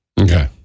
Okay